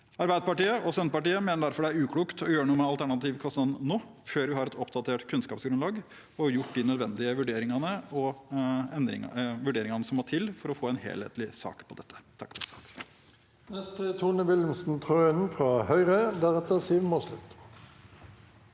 Arbeiderpartiet og Senterpartiet mener derfor det er uklokt å gjøre noe med alternativkostnaden nå, før vi har et oppdatert kunnskapsgrunnlag og får gjort de nødvendige vurderingene som må til for å få en helhetlig sak om dette.